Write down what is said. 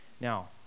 Now